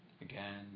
again